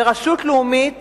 ורשות לאומית